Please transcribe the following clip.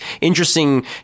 interesting